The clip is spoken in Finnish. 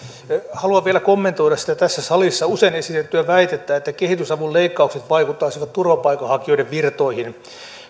haluan vielä kommentoida sitä tässä salissa usein esitettyä väitettä että kehitysavun leikkaukset vaikuttaisivat turvapaikanhakijoiden virtoihin